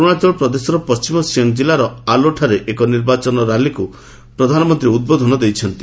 ଅରୁଣାଚଳ ପ୍ରଦେଶର ପଶ୍ଚିମ ସିଆଙ୍ଗ୍ କିଲ୍ଲାର ଆଲୋଠାରେ ଏକ ନିର୍ବାଚନ ର୍ୟାଲିକୁ ପ୍ରଧାନମନ୍ତ୍ରୀ ଉଦ୍ବୋଧନ ଦେଉଛନ୍ତି